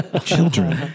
Children